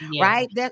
right